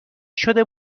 شده